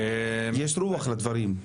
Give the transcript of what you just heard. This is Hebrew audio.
יש רוח לדברים.